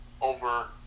over